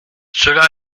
cela